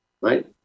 right